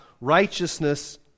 righteousness